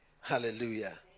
hallelujah